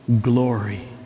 glory